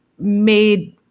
made